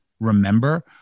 remember